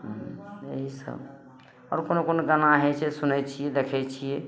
यही सब आओर कोनो कोनो गाना हय छै सुनैत छियै देखैत छियै